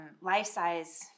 life-size